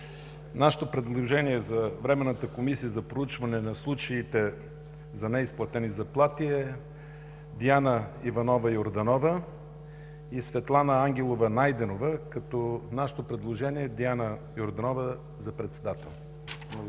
Нашето предложение за Временната комисия за проучване на случаите на неизплатени заплати е за Диана Иванова Йорданова и Светлана Ангелова Найденова, като предлагаме Диана Йорданова за председател.